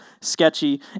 sketchy